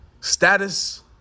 Status